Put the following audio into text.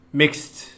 mixed